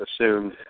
assumed